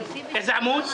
איזה עמוד?